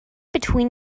between